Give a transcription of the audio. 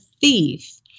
thief